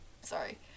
Sorry